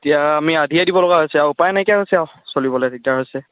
এতিয়া আমি আধিয়ে দিব লগা হৈছে আৰু উপায় নাইকিয়া হৈছে আৰু চলিবলৈ দিগদাৰ হৈছে